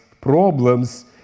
problems